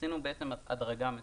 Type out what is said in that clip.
עשינו הדרגה מסוימת.